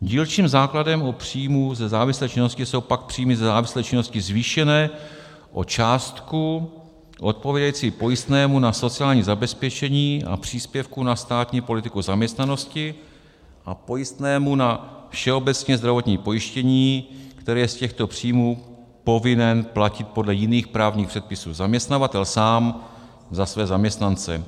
Dílčím základem u příjmů ze závislé činnosti jsou pak příjmy ze závislé činnosti zvýšené o částku odpovídající pojistnému na sociální zabezpečení a příspěvku na státní politiku zaměstnanosti a pojistnému na všeobecně zdravotní pojištění, které je z těchto příjmů povinen platit podle jiných právních předpisů zaměstnavatel sám za své zaměstnance.